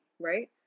right